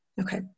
Okay